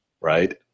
right